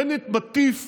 בנט מטיף